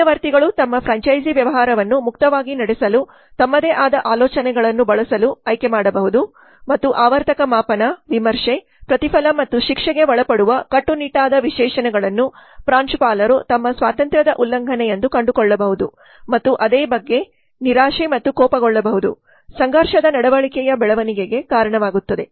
ಮಧ್ಯವರ್ತಿಗಳು ತಮ್ಮ ಫ್ರ್ಯಾಂಚೈಸೀ ವ್ಯವಹಾರವನ್ನು ಮುಕ್ತವಾಗಿ ನಡೆಸಲು ತಮ್ಮದೇ ಆದ ಆಲೋಚನೆಗಳನ್ನು ಬಳಸಲು ಆಯ್ಕೆಮಾಡಬಹುದು ಮತ್ತು ಆವರ್ತಕ ಮಾಪನ ವಿಮರ್ಶೆ ಪ್ರತಿಫಲ ಮತ್ತು ಶಿಕ್ಷೆಗೆ ಒಳಪಡುವ ಕಟ್ಟುನಿಟ್ಟಾದ ವಿಶೇಷಣಗಳನ್ನು ಪ್ರಾಂಶುಪಾಲರು ತಮ್ಮ ಸ್ವಾತಂತ್ರ್ಯದ ಉಲ್ಲಂಘನೆಯೆಂದು ಕಂಡುಕೊಳ್ಳಬಹುದು ಮತ್ತು ಅದೇ ಬಗ್ಗೆ ನಿರಾಶೆ ಮತ್ತು ಕೋಪಗೊಳ್ಳಬಹುದು ಸಂಘರ್ಷದ ನಡವಳಿಕೆಯ ಬೆಳವಣಿಗೆಗೆ ಕಾರಣವಾಗುತ್ತದೆ